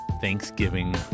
Thanksgiving